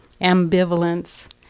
ambivalence